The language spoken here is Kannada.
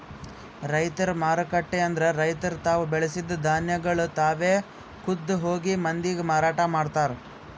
ರೈತರ ಮಾರುಕಟ್ಟೆ ಅಂದುರ್ ರೈತುರ್ ತಾವು ಬೆಳಸಿದ್ ಧಾನ್ಯಗೊಳ್ ತಾವೆ ಖುದ್ದ್ ಹೋಗಿ ಮಂದಿಗ್ ಮಾರಾಟ ಮಾಡ್ತಾರ್